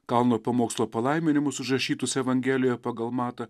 kalno pamokslo palaiminimus užrašytus evangelijoje pagal matą